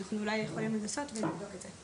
אולי אנחנו יכולים לנסות ולבדוק את זה.